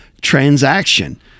transaction